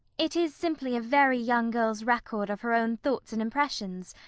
it is simply a very young girl's record of her own thoughts and impressions,